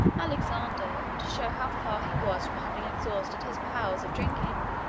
alexander, to show how far he was from having exhausted his powers of drinking,